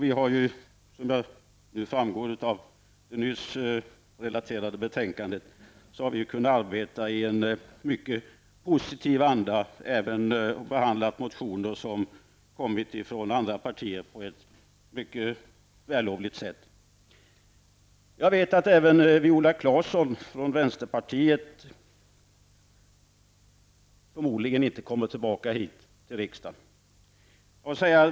Vi har ju, som framgått av det nyss relaterade betänkandet, kunnat arbeta i en mycket positiv anda och behandlat även motioner från andra partier på ett mycket vällovligt sätt. Jag vet att Viola Claesson från vänsterpartiet förmodligen inte heller kommer tillbaka till riksdagen.